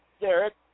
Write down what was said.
Derek